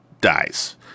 dies